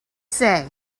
say